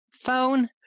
phone